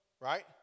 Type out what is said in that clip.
right